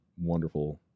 wonderful